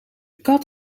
kat